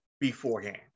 beforehand